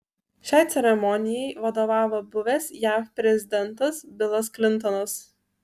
šiai ceremonijai vadovavo buvęs jav prezidentas bilas klintonas